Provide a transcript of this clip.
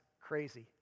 crazy